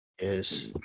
Yes